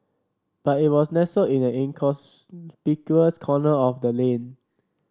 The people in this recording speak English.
but it was nestled in an inconspicuous corner of the lane